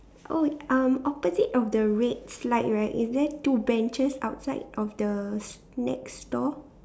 oh um opposite of the red slide right is there two benches outside of the next store